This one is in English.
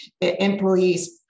employees